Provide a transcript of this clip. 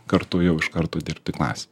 kartu jau iš karto dirbti klasėj